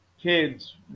kids